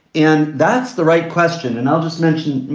and that's the right question. and i'll just mention,